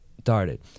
started